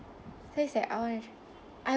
so it's like I wanna I